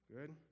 Good